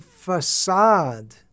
Facade